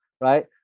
right